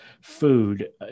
food